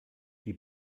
die